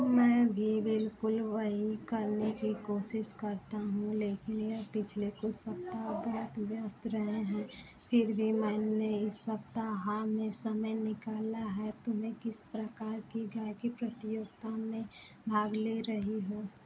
मैं भी बिल्कुल वही करने की कोशिश करता हूँ लेकिन यह पिछले कुछ सप्ताह बहुत व्यस्त रहे हैं फिर भी मैंने इस सप्ताह में समय निकाला है तुम्हें किस प्रकार की गायिकी प्रतियोगिता में भाग ले रही हो